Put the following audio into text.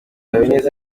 habineza